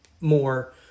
more